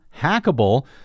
hackable